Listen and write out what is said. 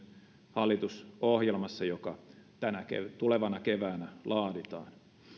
hallitusohjelmassa joka tänä tulevana keväänä laaditaan